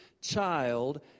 child